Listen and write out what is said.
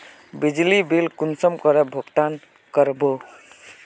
बिजली बिल कुंसम करे भुगतान कर बो?